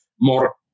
more